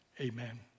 amen